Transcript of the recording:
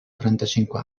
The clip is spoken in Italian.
trentacinque